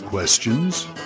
Questions